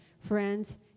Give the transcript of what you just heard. Friends